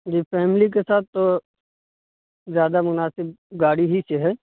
جی family کے ساتھ تو زیادہ مناسب گاڑی ہی سے ہے